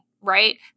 right